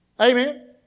Amen